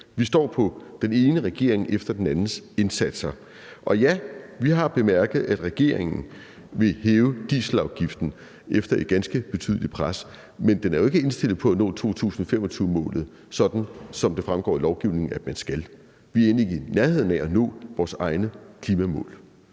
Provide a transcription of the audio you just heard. Vi står på den ene regering efter den andens indsatser. Og ja, vi har bemærket, at regeringen vil hæve dieselafgiften efter et ganske betydeligt pres. Men regeringen er jo ikke indstillet på at nå 2025-målet, sådan som det fremgår af lovgivningen at man skal. Vi er end ikke i nærheden af at nå vores egne klimamål,